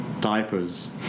diapers